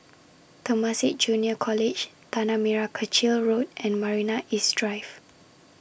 Temasek Junior College Tanah Merah Kechil Road and Marina East Drive